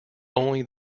only